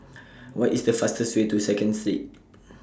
What IS The fastest Way to Second Street